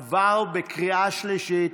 עבר בקריאה שלישית,